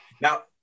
Now